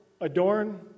adorn